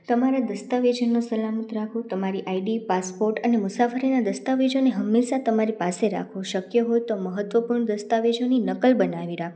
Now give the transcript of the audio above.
તમારા દસ્તાવેજનું સલામત રાખવું તમારી આઈડી પાસપોર્ટ અને મુસાફરીના દસ્તાવેજોને હંમેશા તમારી પાસે રાખવું શક્ય હોય તો મહત્વપૂર્ણ દસ્તાવેજોની નકલ બનાવી રાખવા